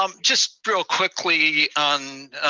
um just real quickly on